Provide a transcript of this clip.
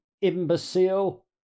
imbecile